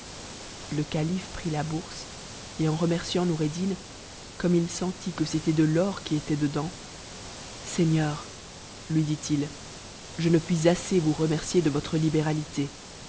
le calife prit la bourse et en remerciant noureddin comme il senti que c'était de l'or qui était dedans a seigneur lui dit ii je ne puis assez vous remercier de votre libéralité